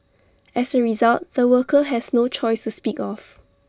as A result the worker has no choice to speak of